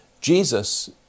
Jesus